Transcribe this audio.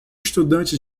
estudantes